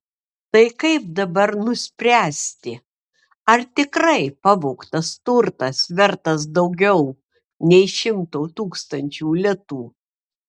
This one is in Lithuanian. tai kaip dabar nuspręsti ar tikrai pavogtas turtas vertas daugiau nei šimto tūkstančių litų